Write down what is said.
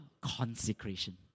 consecration